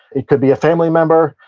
it could be a family member.